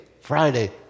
Friday